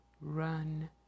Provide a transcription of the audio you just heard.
run